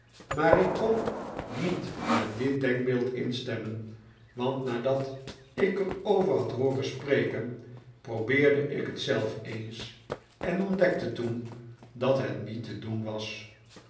maar ik kon niet met dit denkbeeld instemmen want nadat ik er over had hooren spreken probeerde ik het zelf eens en ontdekte toen dat het niet te doen was